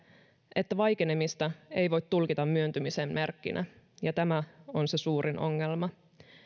että vaikenemista ei voi tulkita myöntymisen merkiksi ja tämä on se suurin ongelma